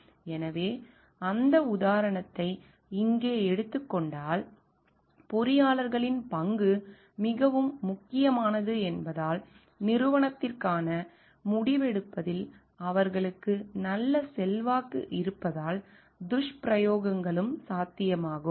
எனவே அந்த உதாரணத்தை இங்கே எடுத்துக் கொண்டால் பொறியாளர்களின் பங்கு மிகவும் முக்கியமானது என்பதால் நிறுவனத்திற்கான முடிவெடுப்பதில் அவர்களுக்கு நல்ல செல்வாக்கு இருப்பதால் துஷ்பிரயோகங்களும் சாத்தியமாகும்